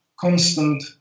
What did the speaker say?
constant